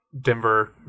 Denver